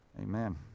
Amen